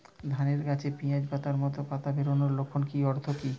ধানের গাছে পিয়াজ পাতার মতো পাতা বেরোনোর লক্ষণের অর্থ কী?